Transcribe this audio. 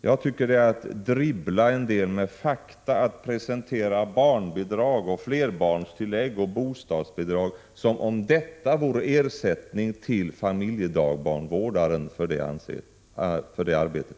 Jag tycker att det är att dribbla med fakta att presentera barnbidrag, flerbarnstillägg och bostadsbidrag som om detta vore ersättning för familjedagbarnvårdarens arbete.